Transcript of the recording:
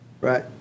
Right